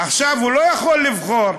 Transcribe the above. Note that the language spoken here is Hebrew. עכשיו, הוא לא יכול לבחור,